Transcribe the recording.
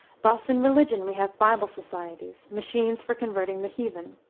thus, in religion, we have bible societies, machines for converting the heathen.